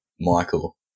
Michael